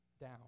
down